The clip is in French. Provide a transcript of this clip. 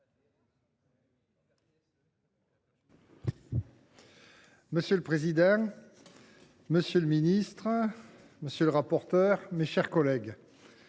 Monsieur le président, monsieur le ministre, messieurs les rapporteurs, mes chers collègues,